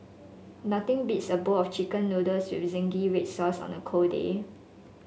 nothing beats a bowl of chicken noodles with zingy red sauce on a cold day